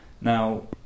Now